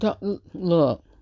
Look